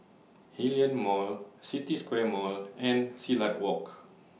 Hillion Mall City Square Mall and Silat Walk